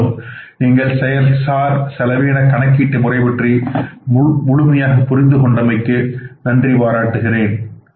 இதுகாறும் நீங்கள் செயல்சார் செலவின கணக்கீட்டு முறை பற்றி முழுமையாக புரிந்து கொண்டமைக்கு நன்றி பாராட்டுகிறேன்